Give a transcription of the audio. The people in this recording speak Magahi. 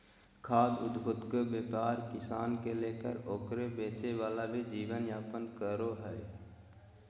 खाद्य उद्योगके व्यापार किसान से लेकर ओकरा बेचे वाला भी जीवन यापन करो हइ